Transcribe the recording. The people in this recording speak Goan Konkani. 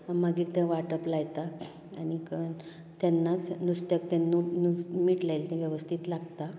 आनी मागीर तें वाटप लायता आनीक तेन्नाच नुस्त्याक त्या मीठ लायता ते मागीर वेवस्थीत लागता